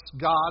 God